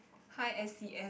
hi s_c_s